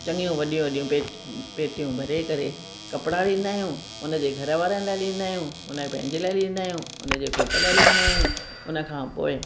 चङियूं वॾियूं वॾियूं पेत पेतियूं भरे करे कपिड़ा ॾींदा आहियूं उनजे घर वारनि जे लाइ ॾींदा आहियूं उनखे पंहिंजे लाइ ॾींदा आहियूं उनजे घोट लाइ ॾींदा आहियूं उनखां पोइ